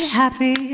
happy